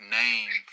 name